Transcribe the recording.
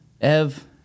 Ev